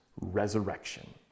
resurrection